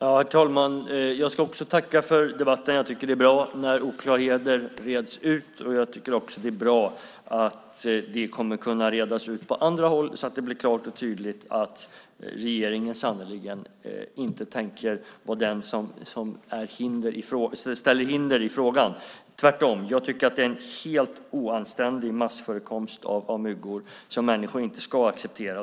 Herr talman! Jag vill också tacka för debatten. Jag tycker att det är bra när oklarheter reds ut. Jag tycker också att det är bra att de kommer att kunna redas ut på andra håll så att det blir klart och tydligt att regeringen sannerligen inte tänker sätta upp hinder i frågan. Jag tycker tvärtom att det är en helt otillständig massförekomst av myggor som människor inte ska acceptera.